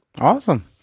Awesome